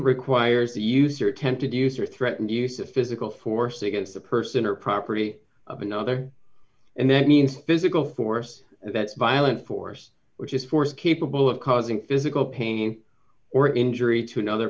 requires the user attempted use or threatened use of physical force against a person or property of another and that means physical force that violent force which is force capable of causing physical pain or injury to another